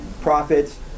profits